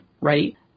right